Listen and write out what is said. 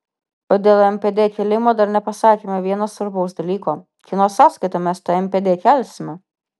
o dėl npd kėlimo dar nepasakėme vieno svarbaus dalyko kieno sąskaita mes tą npd kelsime